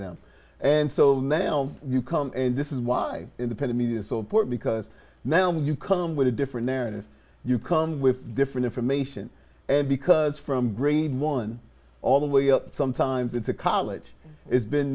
them and so now you come and this is why independent media is so important because now you come with a different narrative you come with different information and because from grade one all the way up sometimes into college it's been